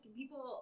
people